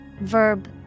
Verb